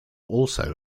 also